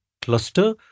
cluster